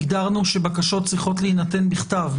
הגדרנו שבקשות צריכות להינתן בכתב.